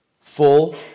Full